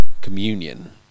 communion